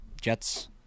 Jets